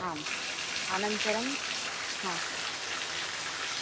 आम् अनन्तरं